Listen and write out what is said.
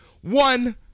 One